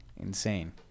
Insane